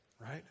Right